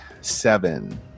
seven